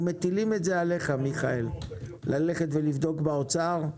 אנחנו מטילים את זה עליך מיכאל, ללכת לבדוק באוצר.